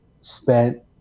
spent